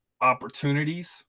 opportunities